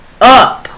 up